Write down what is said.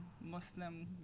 Muslim